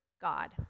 God